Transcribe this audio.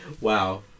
wow